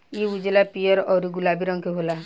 इ उजला, पीयर औरु गुलाबी रंग के होला